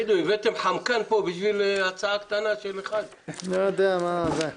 הבקשה נתקבלה ואושרה.